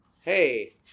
Hey